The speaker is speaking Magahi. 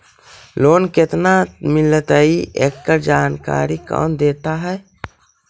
लोन केत्ना मिलतई एकड़ जानकारी कौन देता है?